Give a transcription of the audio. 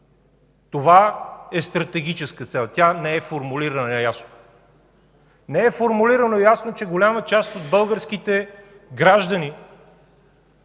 Това е стратегическа цел – тя не е формулирана ясно. Не е формулирано ясно, че голяма част от българските граждани